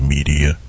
Media